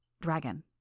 Dragon